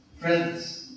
friends